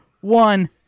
one